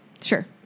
Sure